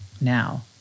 now